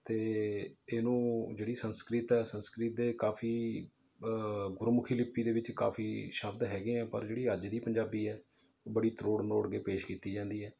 ਅਤੇ ਇਹਨੂੰ ਜਿਹੜੀ ਸੰਸਕ੍ਰਿਤ ਹੈ ਸੰਸਕ੍ਰਿਤ ਦੇ ਕਾਫੀ ਗੁਰਮੁਖੀ ਲਿਪੀ ਦੇ ਵਿੱਚ ਕਾਫੀ ਸ਼ਬਦ ਹੈਗੇ ਹੈ ਪਰ ਜਿਹੜੀ ਅੱਜ ਦੀ ਪੰਜਾਬੀ ਹੈ ਉਹ ਬੜੀ ਤਰੋੜ ਮਰੋੜ ਕੇ ਪੇਸ਼ ਕੀਤੀ ਜਾਂਦੀ ਹੈ